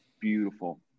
beautiful